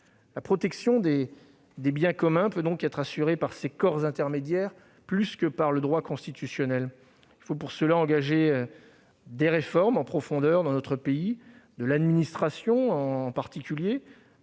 La protection des biens communs peut être assurée par ces corps intermédiaires plus que par le droit constitutionnel. Il faut, pour cela, engager des réformes en profondeur dans notre pays, en particulier